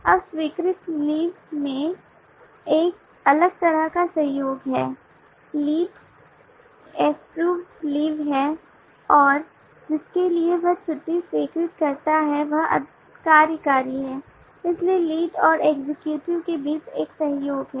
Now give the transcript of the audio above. अब स्वीकृत लीव में एक अलग तरह का सहयोग है लीड एप्रूव्ड लीव है और जिसके लिए वह छुट्टी स्वीकृत करता है वह कार्यकारी है इसलिए लीड और एक्जीक्यूटिव के बीच एक सहयोग है